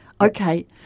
okay